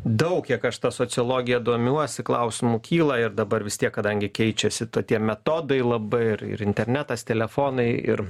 daug kiek aš ta sociologija domiuosi klausimų kyla ir dabar vis tiek kadangi keičiasi to tie metodai labai ir ir internetas telefonai ir